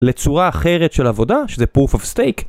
לצורה אחרת של עבודה, שזה proof of stake.